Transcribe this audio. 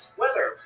weather